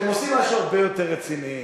אתם עושים משהו הרבה יותר רציני,